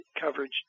coverage